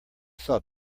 saw